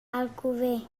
alcover